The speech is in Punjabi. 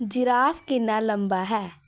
ਜਿਰਾਫ ਕਿੰਨਾ ਲੰਬਾ ਹੈ